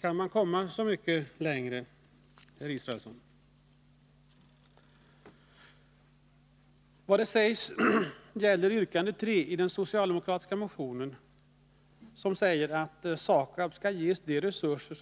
Kan man komma så mycket längre, herr Israelsson? Yrkande nr 3 i den socialdemokratiska motionen om att SAKAB skall ges de resurser